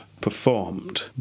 Performed